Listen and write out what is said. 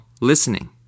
listening